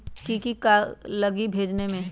की की लगी भेजने में?